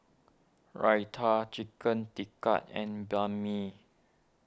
Raita Chicken Tikka and Banh Mi